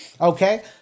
Okay